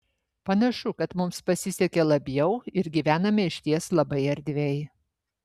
panašu kad mums pasisekė labiau ir gyvename išties labai erdviai